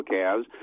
calves